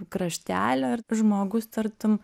kraštelio ir žmogus tartum